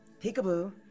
Peekaboo